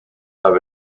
have